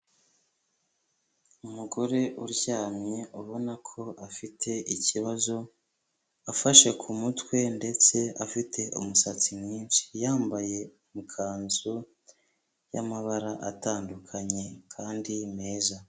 Umugore uryamye ubona ko afite ikibazo, afashe ku mutwe ndetse afite umusatsi mwinshi, yambaye ikanzu y'amabara atandukanye kandi meza.